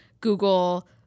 Google